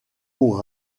aux